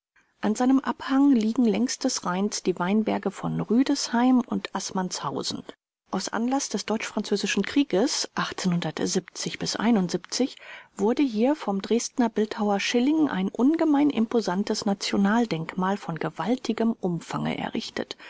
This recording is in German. an seinem abhang liegen längs des rheins die weinberge von rüdesheim und aßmannshausen aus anlaß des deutsch-französischen krieges wurde hier vom dresdener bildhauer schilling ein ungemein imposantes nationaldenkmal von gewaltigem umfange errichtet